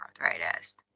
arthritis